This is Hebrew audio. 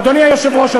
אדוני היושב-ראש,